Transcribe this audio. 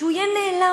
שהוא יהיה נעלם,